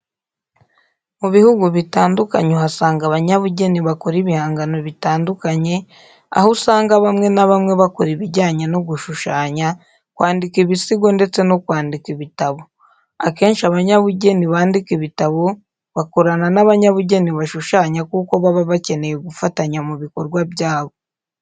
Mu bihugu bitandukanye uhasanga abanyabugeni bakora ibihangano bitandukanye, aho usanga bamwe na bamwe bakora ibijyanye no gushushanya, kwandika ibisigo ndetse no kwandika ibitabo. Akenshi abanyabugeni bandika ibitabo bakorana n'abanyabugeni bashushanya kuko baba bakeneye gufatanya mu bikorwa byabo.